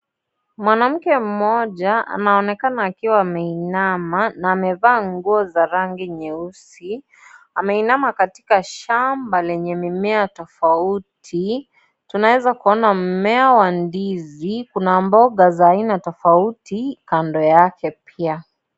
Mwanamke mmoja anaonekana akiwa ameinama na amevaa nguo za rangi nyeusi. Ameinama katika shamba lenye mimea tofauti. Tunaweza kuona mmea wa ndizi. Kuna mboga za aina tofauti kando yake pia.